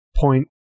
point